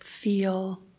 feel